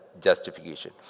justification